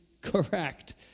correct